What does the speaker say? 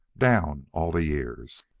down all the years.